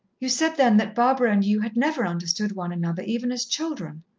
you said then that barbara and you had never understood one another even as children.